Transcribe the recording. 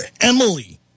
Emily